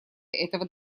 этого